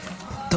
צודק.